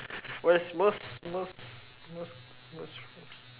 where's most most most most